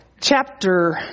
chapter